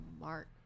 Mark